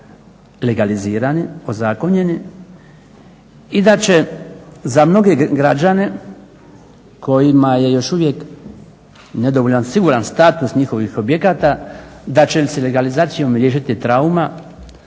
legalizirani, ozakonjeni i da će za mnoge građane kojima je još uvijek nedovoljno siguran status njihovih objekata. Da će im se legalizacijom riješiti trauma